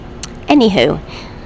Anywho